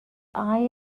eye